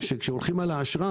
שכאשר הולכים על האשראי,